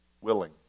willing